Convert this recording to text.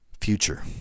future